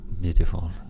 Beautiful